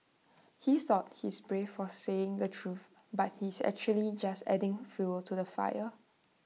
he thought he's brave for saying the truth but he's actually just adding fuel to the fire